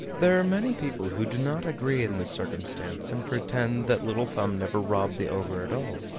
there are many people who do not agree in this circumstance, and pretend that little thumb never robbed the ogre at all,